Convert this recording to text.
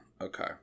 okay